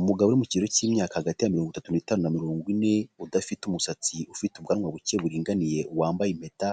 Umugabo uri mu kigero cy'imyaka hagati ya mirongo itatu n'itanu na mirongo ine, udafite umusatsi, ufite ubwanwa buke buringaniye, wambaye impeta,